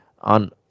on